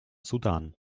sudan